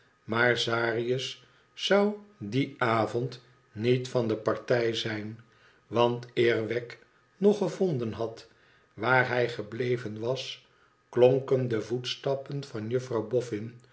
maar zaarjes zou dien avond niet van de partij zijn want eer wegg nog gevonden had waar hij gebleven was klonken de voetstappen van juffrouw